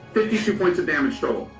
fifty two points of damage so